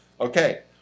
Okay